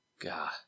God